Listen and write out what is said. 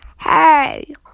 Hey